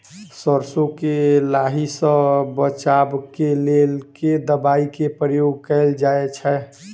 सैरसो केँ लाही सऽ बचाब केँ लेल केँ दवाई केँ प्रयोग कैल जाएँ छैय?